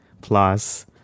Plus